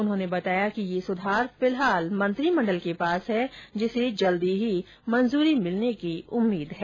उन्होंने बताया कि यह सुधार फिलहाल मंत्रीमंडल के पास है जिसे जल्दी ही मंजुरी मिलने की उम्मीद है